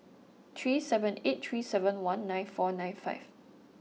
three seven eight three seven one nine four nine five